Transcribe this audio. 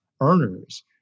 earners